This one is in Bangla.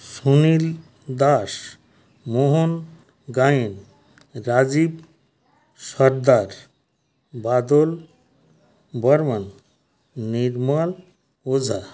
সুনীল দাস মোহন গায়েন রাজীব সর্দার বাদল বর্মণ নির্মল ওঝা